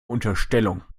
unterstellung